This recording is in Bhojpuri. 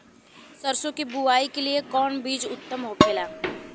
सरसो के बुआई के लिए कवन बिज उत्तम होखेला?